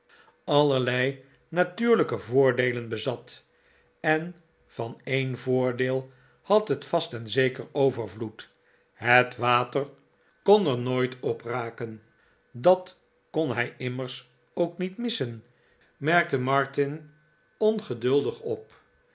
allerlei natuurmaarten chuzzlewit lijke voordeelen bezat en van een voordeel had het vast en zeker overvloed het water kon er nooit opraken dat kon hij immers ook niet missen merkte martin ongeduldig op